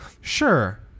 Sure